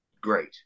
great